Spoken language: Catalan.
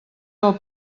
del